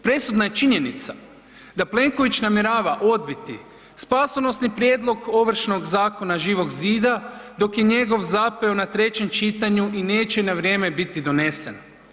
Presudna je činjenica da Plenković namjera odbiti spasonosni prijedlog Ovršnog zakona Živog zida dok je njegov zapeo na 3. čitanju i neće na vrijeme biti donesen.